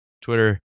Twitter